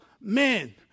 men